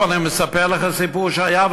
אבל אני מספר לך סיפור שהיה,